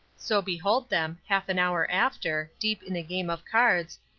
so behold them, half an hour after, deep in a game of cards,